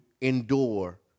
endure